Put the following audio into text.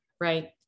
Right